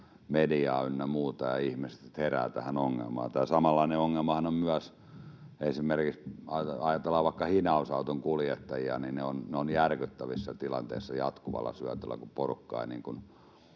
mediaan ynnä muuta ja ihmiset sitten heräävät tähän ongelmaan. Tämä samanlainen ongelmahan on myös, kun ajatellaan esimerkiksi vaikka hinausauton kuljettajia, jotka ovat järkyttävissä tilanteissa jatkuvalla syötöllä, kun porukka ei